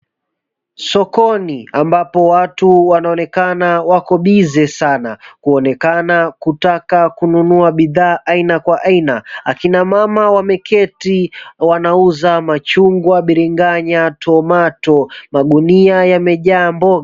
Sokoni ambapo watu wanaonekana wako busy sana. Kuonekana kutaka kununua bidhaa aina kwa aina. Akina mama wameketi wanauza machungwa, biringanya, tomato . Magunia yamejaa mboga.